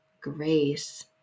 grace